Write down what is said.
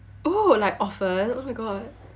oh like often oh my god